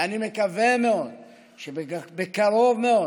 ואני מקווה מאוד שבקרוב מאוד